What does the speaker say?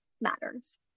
matters